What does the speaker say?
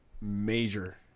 major